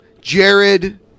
Jared